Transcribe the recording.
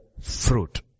fruit